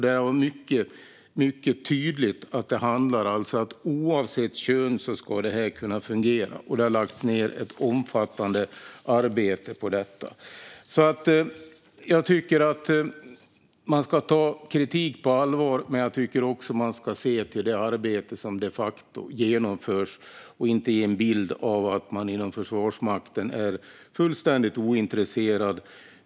Det är mycket tydligt att den ska kunna fungera oavsett kön. Och det har lagts ned ett omfattande arbete på den. Jag tycker att man ska ta kritik på allvar. Men jag tycker också att man ska se till det arbete som de facto genomförs och inte ge en bild av att man inom Försvarsmakten är fullständigt ointresserad.